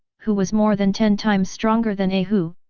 who was more than ten times stronger than a hu,